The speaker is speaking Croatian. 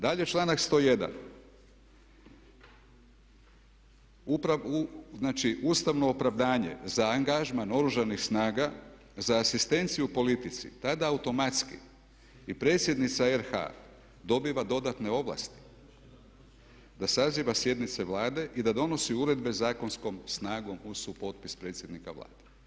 Dalje članak 101. znači ustavno opravdanje za angažman Oružanih snaga za asistenciju u politici, tada automatski i predsjednica RH dobiva dodatne ovlasti da saziva sjednice Vlade i da donosi uredbe zakonskom snagom uz supotpis predsjednika Vlade.